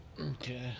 Okay